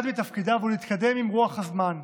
אחד מתפקידיו הוא להתקדם עם רוח הזמן,